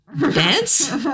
dance